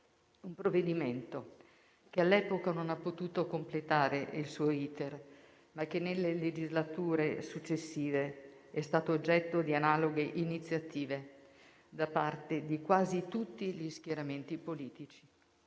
un provvedimento che all'epoca non ha potuto completare il suo *iter*, ma che nelle legislature successive è stato oggetto di analoghe iniziative da parte di quasi tutti gli schieramenti politici.